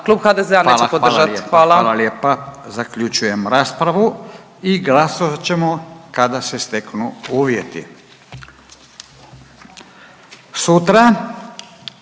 Hvala, hvala, hvala lijepa. Zaključujem raspravu i glasovat ćemo kada se steknu uvjeti. Sutra